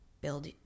build